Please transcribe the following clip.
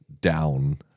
down